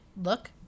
look